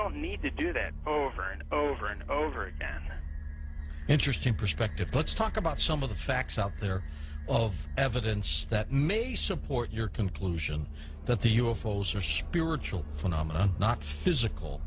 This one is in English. don't need to do that over and over and over again interesting perspective let's talk about some of the facts out there of evidence that may support your conclusion that the you'll souls are spiritual phenomena not physical